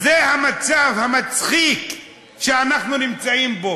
יחד עם הרצון של המנכ"ל הזמני למצב את התאגיד,